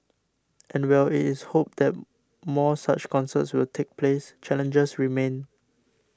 and while it is hoped that more such concerts will take place challenges remain